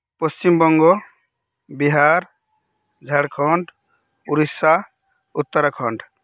Paschimbanga Bihar Jharkhand Odisha Uttarakhand